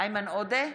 איימן עודה,